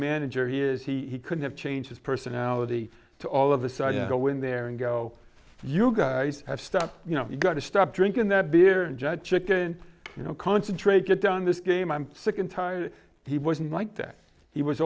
manager he is he couldn't change his personality to all of a sudden go in there and go you guys have stuff you know you've got to stop drinking that beer and judge chicken you know concentrate get down this game i'm sick and tired he wasn't like that he was